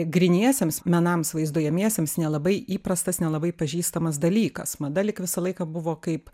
gryniesiems menams vaizduojamiems nelabai įprastas nelabai pažįstamas dalykas mada lyg visą laiką buvo kaip